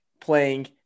playing